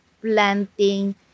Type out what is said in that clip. planting